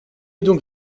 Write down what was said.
donc